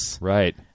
Right